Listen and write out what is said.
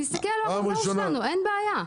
תסתכל על התורמים שלנו, אין בעיה.